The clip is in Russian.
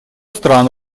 стран